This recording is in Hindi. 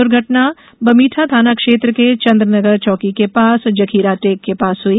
दर्घटना बमीठा थाना क्षेत्र के चंद्रनगर चौकी के पास जखीरा टेक के पास हुई